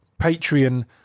Patreon